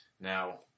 Now